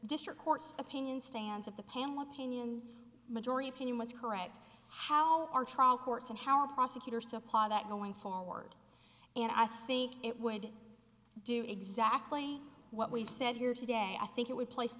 district court's opinion stands of the pam opinion majority opinion was correct how our trial courts and how a prosecutor supply that going forward and i think it would do exactly what we said here today i think it would place